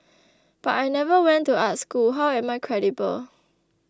but I never went to art school how am I credible